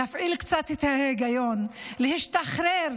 להפעיל קצת את ההיגיון, להשתחרר